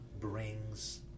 Brings